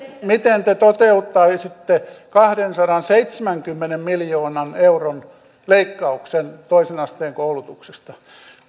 miten te toteuttaisitte kahdensadanseitsemänkymmenen miljoonan euron leikkauksen toisen asteen koulutuksesta